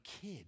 kid